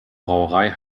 brauerei